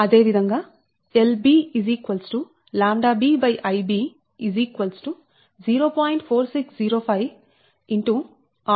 అదే విధంగా Lb λbIb 0